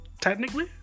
technically